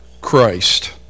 Christ